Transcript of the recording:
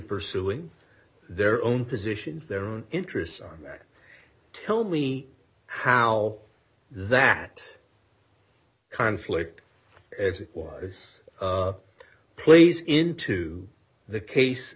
pursuing their own positions their own interests are met tell me how that conflict as it was plays into the case